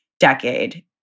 decade